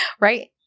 Right